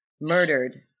murdered